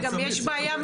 גם יש בעיה משפטית.